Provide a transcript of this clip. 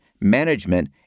management